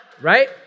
right